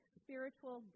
spiritual